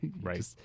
Right